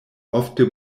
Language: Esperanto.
ofte